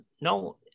no